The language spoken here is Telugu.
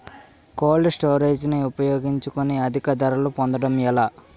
కోల్డ్ స్టోరేజ్ ని ఉపయోగించుకొని అధిక ధరలు పొందడం ఎలా?